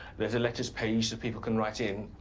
there's a letter's page that people can write in.